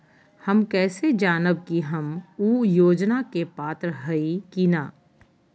हम कैसे जानब की हम ऊ योजना के पात्र हई की न?